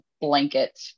blanket